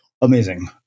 Amazing